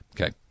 Okay